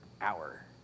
hour